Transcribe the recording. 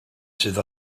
sydd